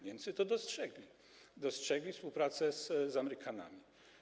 Niemcy to dostrzegli, dostrzegli współpracę z Amerykanami.